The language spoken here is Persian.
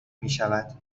میشود